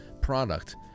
product